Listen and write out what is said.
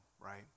right